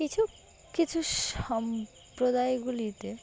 কিছু কিছু সম্প্রদায়গুলিতে